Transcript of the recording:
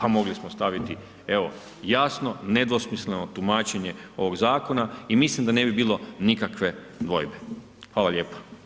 A mogli smo staviti evo, jasno, nedvosmisleno tumačenje ovog zakona i mislim da ne bi bilo nikakve dvojbe, hvala lijepa.